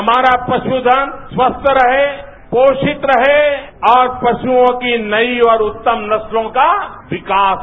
हमारा पशुधन स्वस्थ रहे पोषित रहे और पशुओं की नई और उत्तम नस्लों का विकास हो